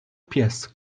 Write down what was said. pies